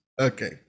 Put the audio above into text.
Okay